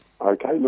okay